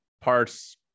parts